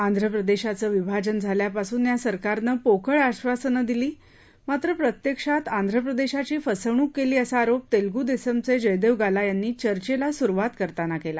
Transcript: आंध्र प्रदेशाचं विभाजन झाल्यापासून या सरकारनं पोकळ आधासनं दिली मात्र प्रत्यक्षात आंध्रप्रदेशाची फसवणूक केली असा आरोप तेलगू देसमचे जयदेव गाला यांनी चर्चेला सुरुवात करताना केला